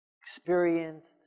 experienced